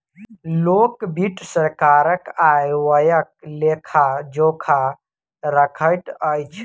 लोक वित्त सरकारक आय व्ययक लेखा जोखा रखैत अछि